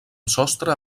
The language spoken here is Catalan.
sostre